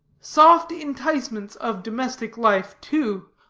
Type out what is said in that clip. soft enticements of domestic life too,